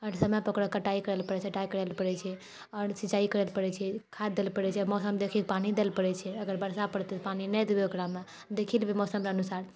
आओर समयपर ओकरा कटाइ करैलऽ छटाइ करैलऽ पड़ै छै आओर सिचाइ करैलऽ पड़ै छै खाद दैलऽ पड़ै छै मौसम देखिकऽ पानी दैलऽ पड़ै छै अगर वर्षा पड़तै तऽ पानी नहि देबै एकरामे देखि लेबै मौसमके अनुसार